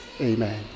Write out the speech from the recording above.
Amen